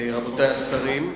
רבותי השרים,